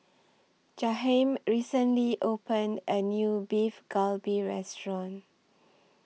Jaheim recently opened A New Beef Galbi Restaurant